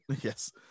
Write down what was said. Yes